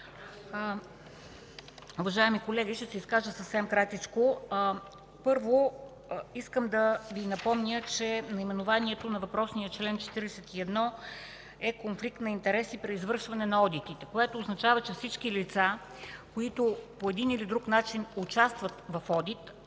Уважаеми колеги, ще се изкажа съвсем кратичко. Първо, искам да Ви напомня, че наименованието на въпросния чл. 41 е: „Конфликт на интереси при извършване на одитите”, което означава, че всички лица, които по един или друг начин участват в одит